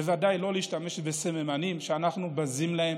בוודאי לא להשתמש בסממנים שאנחנו בזים להם.